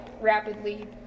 rapidly